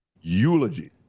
eulogy